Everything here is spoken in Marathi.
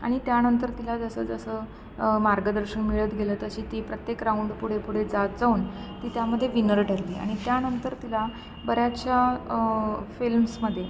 आणि त्यानंतर तिला जसं जसं मार्गदर्शन मिळत गेलं तशी ती प्रत्येक राऊंड पुढे पुढे जा जाऊन ती त्यामध्ये विनर ठरली आणि त्यानंतर तिला बऱ्याचशा फिल्म्समध्ये